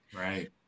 Right